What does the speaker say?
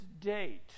date